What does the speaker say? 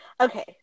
Okay